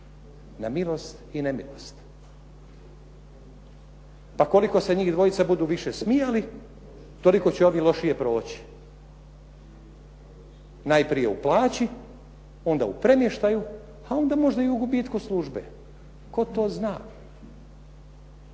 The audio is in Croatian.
na milost i nemilost. Pa koliko se njih dvojica budu više smijali, toliko će ovi lošije proći. Najprije u plaći, onda u premještaju, a onda možda i u gubitku službe, tko to zna.